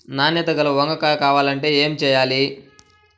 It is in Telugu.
నాణ్యత గల వంగ కాయ కావాలంటే ఏమి చెయ్యాలి?